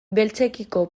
beltzekiko